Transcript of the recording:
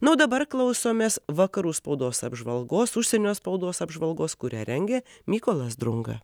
na o dabar klausomės vakarų spaudos apžvalgos užsienio spaudos apžvalgos kurią rengė mykolas drunga